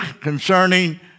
concerning